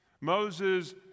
Moses